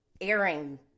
airing